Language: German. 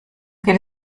geht